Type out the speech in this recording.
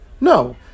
No